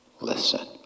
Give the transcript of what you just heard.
listen